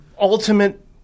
ultimate